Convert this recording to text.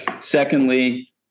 Secondly